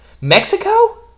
Mexico